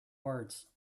words